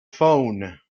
phone